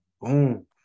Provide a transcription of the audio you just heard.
Boom